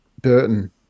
Burton